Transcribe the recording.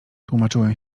tłumaczyłem